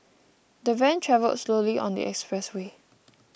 the van travelled slowly on the expressway